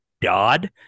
Dodd